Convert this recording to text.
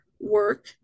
work